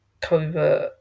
covert